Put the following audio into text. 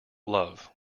love